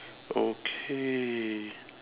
okay